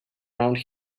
around